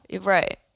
Right